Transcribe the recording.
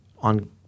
On